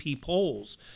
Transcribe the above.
polls